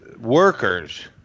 workers